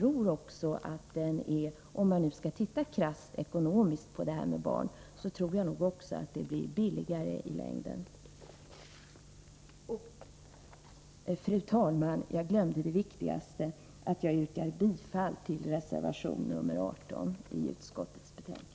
Och om man skall se krasst ekonomiskt på det hela tror jag också att det blir billigare i längden. Fru talman! Jag glömde det viktigaste — jag yrkar bifall till reservation 18 i utskottets betänkande.